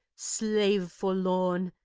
slave forlorn!